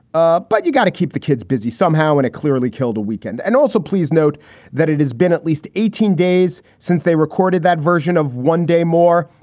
ah but you got to keep the kids busy somehow and it clearly killed a weekend. and also, please note that it has been at least eighteen days since they recorded that version of one day more.